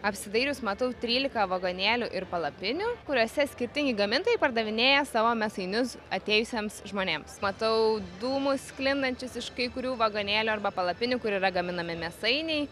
apsidairius matau trylika vagonėlių ir palapinių kuriose skirtingi gamintojai pardavinėja savo mėsainius atėjusiems žmonėms matau dūmus sklindančius iš kai kurių vagonėlių arba palapinių kur yra gaminami mėsainiai